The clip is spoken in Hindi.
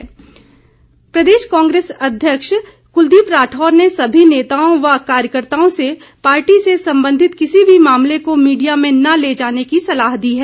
कांग्रेस प्रदेश कांग्रेस अध्यक्ष कुलदीप राठौर ने सभी नेताओं व कार्यकर्ताओं से पार्टी से संबंधित किसी भी मामले को मीडिया में न ले जाने की सलाह दी है